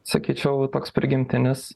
sakyčiau toks prigimtinis